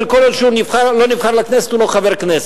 אבל כל עוד הוא לא נבחר לכנסת הוא לא חבר כנסת.